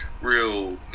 real